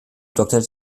doktor